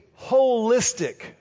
holistic